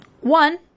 One